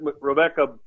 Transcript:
Rebecca